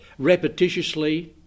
repetitiously